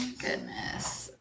Goodness